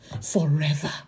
forever